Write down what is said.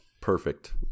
Perfect